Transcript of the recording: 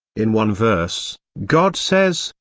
in one verse, god says,